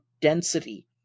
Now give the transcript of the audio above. density